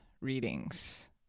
readings